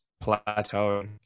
plateau